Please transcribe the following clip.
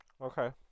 Okay